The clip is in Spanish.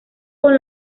con